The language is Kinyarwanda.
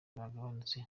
bagabanutse